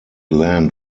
land